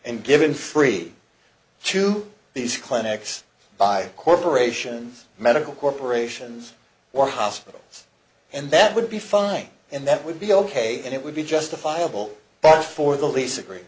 and given free to these clinics by corporations medical corporations or hospitals and that would be fine and that would be ok and it would be justifiable bar for the lease agree